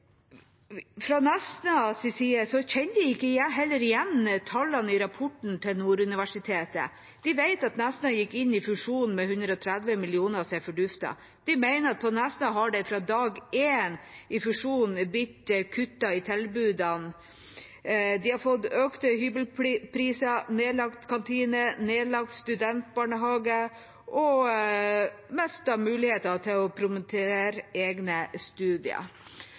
ikke jeg heller igjen tallene i rapporten til Nord universitet. Vi vet at Nesna gikk inn i fusjonen med 130 mill. kr, som er forduftet. Vi mener at på Nesna har det fra dag én i fusjonen blitt kuttet i tilbudene. De har fått økte hybelpriser, nedlagt kantine, nedlagt studentbarnehage og mistet muligheten til å promotere egne studier.